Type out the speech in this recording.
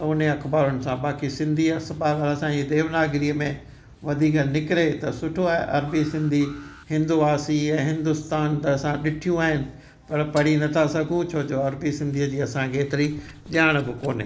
त उन अख़बारुनि सां बाक़ी सिंधी भा असांजी देवनागरीअ में वधीक निकिरे त सुठो आहे अरबी सिंधी हिंदवासी ऐं हिन्दुस्तान त असां ॾिठियूं आहिनि पर पढ़ी नथा सघूं छो जो अरबी सिंधीअ जी असांखे हेतिरी ॼाण बि कोन्हे